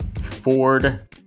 Ford